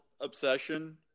obsession